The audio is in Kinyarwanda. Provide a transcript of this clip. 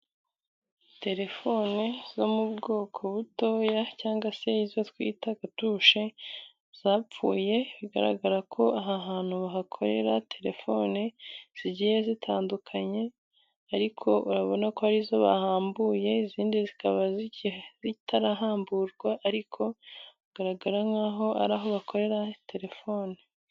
Telefone zo mu bwoko butoya cyangwa se izo twita gatuche zapfuye. Bigaragara ko aha hantu bahakorera telefone zigiye zitandukanye. Ariko urabona ko arizo bahambuye, izindi zikaba zitarahamburwa. Ariko hagaragara nk'aho ari aho bakorera telefone.